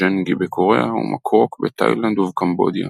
ג'נגי בקוריאה ומקרוק בתאילנד ובקמבודיה.